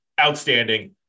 outstanding